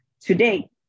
today